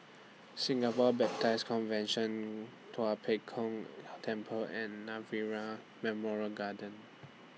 Singapore Baptist Convention Tua Pek Kong Temple and Nirvana Memorial Garden